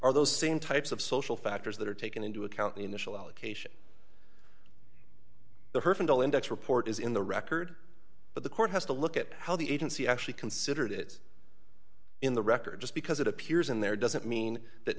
are those same types of social factors that are taken into account the initial allocation the personal index report is in the record but the court has to look at how the agency actually considered it in the record just because it appears in there doesn't mean that